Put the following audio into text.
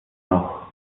noch